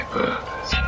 purpose